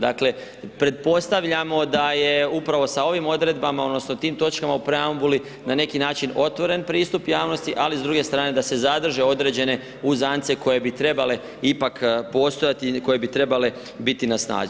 Dakle, pretpostavljamo da je upravo sa ovim odredbama odnosno tim točkama u preambuli na neki način otvoren pristup javnosti, ali s druge strane da se zadrži određene uzance koje bi trebale ipak postojati, koje bi trebale biti na snazi.